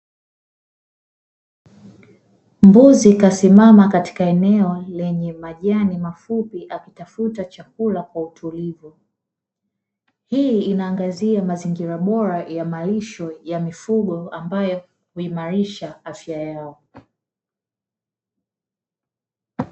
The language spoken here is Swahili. Mbuzi kasimama katika eneo lenye majani mafupi akitafuta chakula kwa utulivu. Hii inaangazia mazingira bora ya malisho ya mifugo ambayo huimarisha afya yao.